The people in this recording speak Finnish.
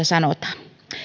sanotaan